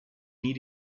nie